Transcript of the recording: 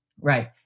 Right